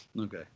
okay